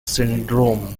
syndrome